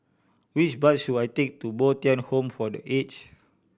which bus should I take to Bo Tien Home for The Aged